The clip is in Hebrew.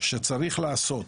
שצריך לעשות,